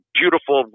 beautiful